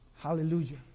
Hallelujah